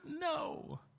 no